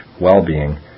well-being